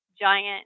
giant